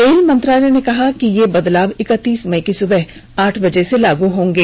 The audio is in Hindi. रेल मंत्रालय ने कहा कि यह बदलाव इक्कतीस मई की सुबह आठ बजे से लागू होंगे